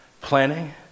planning